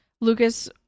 lucas